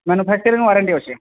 manufacturing warranty ଅଛି